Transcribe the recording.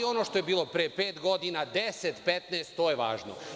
Ono što je bilo pre pet godina, deset, 15, to je važno.